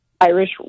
Irish